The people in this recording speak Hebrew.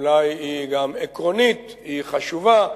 אולי היא גם עקרונית, היא חשובה.